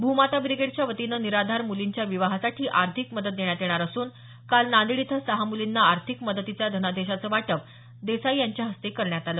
भूमाता ब्रिगेडच्या वतीनं निराधार मुलींच्या विवाहासाठी अर्थिक मदत देण्यात येणार असून काल नांदेड इथं सहा मुलींना अर्थिक मदतीच्या धनादेशाचं वाटप त्यांच्या हस्ते करण्यात आलं